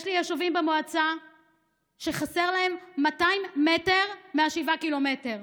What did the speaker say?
יש לי יישובים במועצה שחסרים להם 200 מטר מתוך שבעת הקילומטרים.